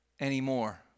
anymore